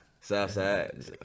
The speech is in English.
Southside